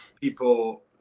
people